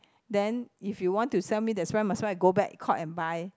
then if you want to sell me that's why I might as well go back Courts and buy